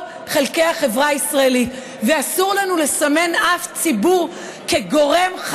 הם נמצאים בכל חלקי החברה הישראלית ואסור לנו לסמן אף ציבור כגורם,